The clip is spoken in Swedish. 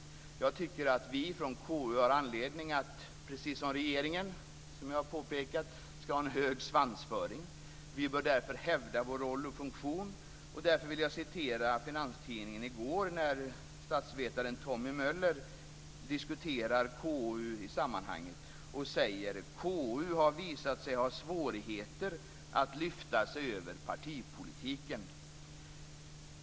Jag tycker att vi i KU har anledning att ha en hög svansföring, precis som regeringen. Vi bör därför hävda vår roll och funktion. Därför vill jag citera Finanstidningen från i går. Statsvetaren Tommy Möller diskuterar KU och säger: "KU har visat sig ha svårigheter att lyfta sig över partipolitiken."